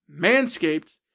Manscaped